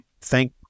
thank